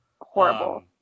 Horrible